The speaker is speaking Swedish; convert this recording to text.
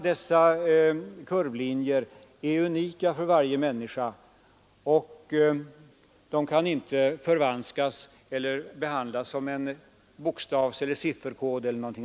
Dessa kurvlinjer är unika för varje människa, och de kan inte förfalskas eller behandlas som en bokstavseller sifferkod.